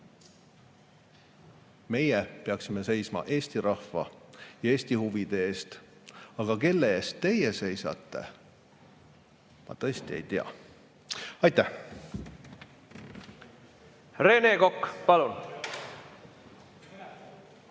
Meie peaksime seisma Eesti rahva ja Eesti huvide eest. Aga kelle eest teie seisate? Ma tõesti ei tea. Aitäh! Siin on